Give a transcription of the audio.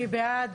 מי בעד?